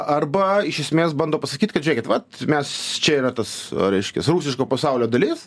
arba iš esmės bando pasakyt kad žiūrėkit vat mes čia yra tas reiškias rusiško pasaulio dalis